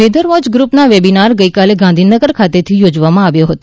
weather watch ગૃપનો webinar ગઇકાલે ગાંધીનગર ખાતેથી યોજવામાં આવ્યો હતો